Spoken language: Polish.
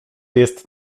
jest